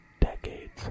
decades